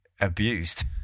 abused